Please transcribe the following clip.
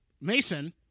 Mason